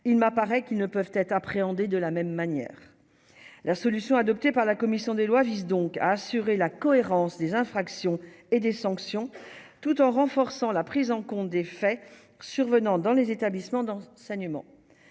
il m'apparaît qu'ils ne peuvent être appréhendés de la même manière. La solution adoptée par la commission des lois, vise donc à assurer la cohérence des infractions et des sanctions, tout en renforçant la prise en compte des faits survenant dans les établissements dans saignement,